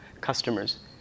customers